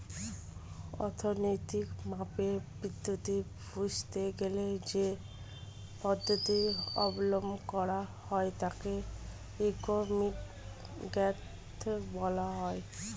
অর্থনৈতিক মাপের বৃদ্ধি বুঝতে গেলে যেই পদ্ধতি অবলম্বন করা হয় তাকে ইকোনমিক গ্রোথ বলা হয়